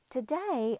Today